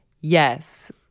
yes